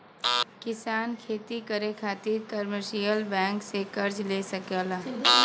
किसान खेती करे खातिर कमर्शियल बैंक से कर्ज ले सकला